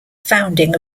founding